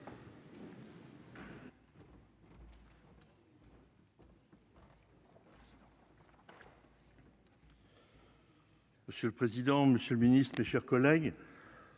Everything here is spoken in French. Monsieur le président, Monsieur le Ministre, mes chers collègues,